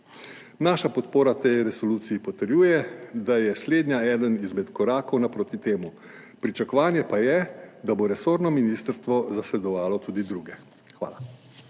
Naša podpora tej resoluciji potrjuje, da je slednja eden izmed korakov na proti temu. Pričakovanje pa je, da bo resorno ministrstvo zasledovalo tudi druge. Hvala.